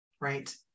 right